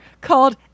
called